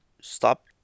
Stop